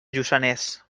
lluçanès